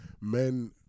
men